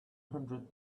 hundred